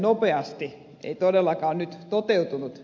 nopeasti se ei todellakaan nyt toteutunut